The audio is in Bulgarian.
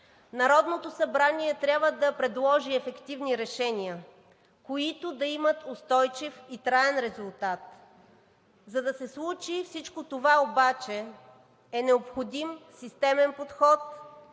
Народното събрание трябва да предложи ефективни решения, които да имат устойчив и траен резултат. За да се случи всичко това обаче, е необходим системен подход,